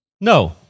No